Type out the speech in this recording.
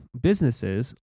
businesses